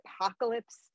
apocalypse